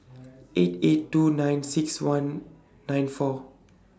eight eight two nine six one nine four